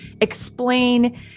explain